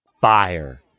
Fire